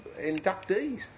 inductees